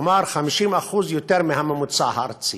כלומר 50% יותר מהממוצע הארצי.